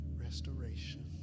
restoration